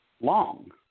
long